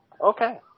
Okay